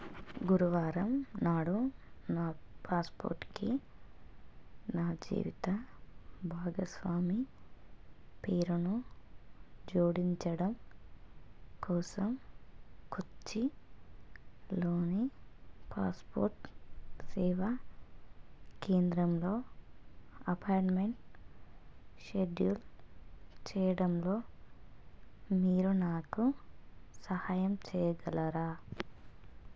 గురువారం నాడు నా పాస్పోర్ట్కి నా జీవిత భాగస్వామి పేరును జోడించడం కోసం కొచ్చిలోని పాస్పోర్ట్ సేవా కేంద్రంలో అపాయింట్మెంట్ షెడ్యూల్ చేయడంలో మీరు నాకు సహాయం చేయగలరా